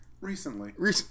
Recently